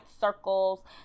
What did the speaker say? circles